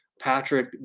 Patrick